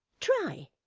try!